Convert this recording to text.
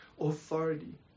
authority